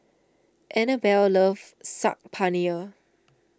Anabelle loves Saag Paneer